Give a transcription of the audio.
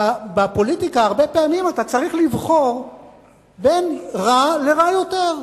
בפוליטיקה הרבה פעמים אתה צריך לבחור בין רע לרע יותר.